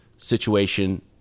Situation